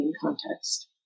context